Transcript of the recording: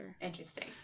Interesting